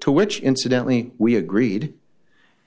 to which incidentally we agreed